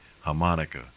harmonica